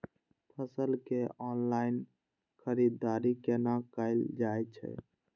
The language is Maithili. फसल के ऑनलाइन खरीददारी केना कायल जाय छै?